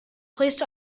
placed